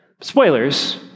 Spoilers